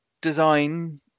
design